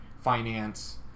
finance